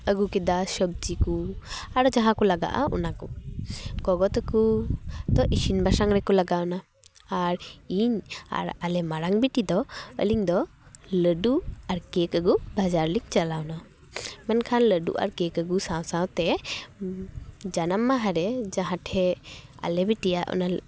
ᱟᱹᱜᱩ ᱠᱮᱫᱟ ᱥᱚᱵᱡᱤ ᱠᱚ ᱟᱨᱚ ᱡᱟᱦᱟᱸ ᱠᱚ ᱞᱟᱜᱟᱜᱼᱟ ᱚᱱᱟ ᱠᱚ ᱜᱚᱜᱚ ᱛᱟᱠᱚ ᱤᱥᱤᱱ ᱵᱟᱥᱟᱝ ᱨᱮᱠᱚ ᱞᱟᱜᱟᱣᱱᱟ ᱟᱨ ᱤᱧ ᱟᱨ ᱟᱞᱮ ᱢᱟᱨᱟᱝ ᱵᱤᱴᱤ ᱫᱚ ᱟᱞᱤᱝ ᱫᱚ ᱞᱟᱹᱰᱩ ᱟᱨ ᱠᱮᱠ ᱟᱹᱜᱩ ᱵᱟᱡᱟᱨ ᱞᱤᱝ ᱪᱟᱞᱟᱣᱱᱟ ᱢᱮᱱᱠᱷᱟᱱ ᱞᱟᱹᱰᱩ ᱟᱨ ᱠᱮᱠ ᱟᱜᱩ ᱥᱟᱶ ᱥᱟᱶᱛᱮ ᱡᱟᱱᱟᱢ ᱢᱟᱦᱟᱨᱮ ᱡᱟᱦᱟᱸ ᱴᱷᱮᱡ ᱟᱞᱮ ᱵᱤᱴᱤᱭᱟᱜ ᱚᱱᱟ